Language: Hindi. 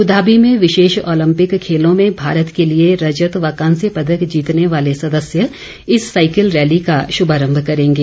अब्धाबी में विशेष ओलंपिक खेलों में भारत के लिए रजत व कांस्य पदक जीतने वाले सदस्य इस साइकिल रैली का शुभारम्भ करेंगे